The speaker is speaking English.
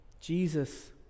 Jesus